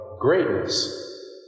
greatness